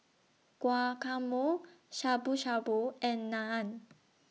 Guacamole Shabu Shabu and Naan